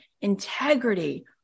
integrity